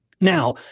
Now